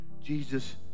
Jesus